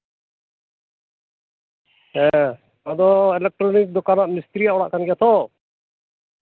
ᱦᱮᱸ ᱱᱚᱣᱟ ᱫᱚ ᱤᱞᱮᱠᱴᱨᱚᱱᱤᱠ ᱫᱚᱠᱟᱱᱟᱜ ᱢᱤᱥᱛᱨᱤᱭᱟᱜ ᱚᱲᱟᱜ ᱠᱟᱱ ᱜᱮᱭᱟ ᱛᱚ